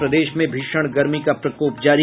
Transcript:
और प्रदेश में भीषण गर्मी का प्रकोप जारी